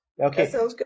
Okay